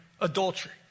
adultery